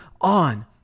on